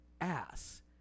ass